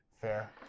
Fair